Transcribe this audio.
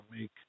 make